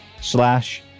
Slash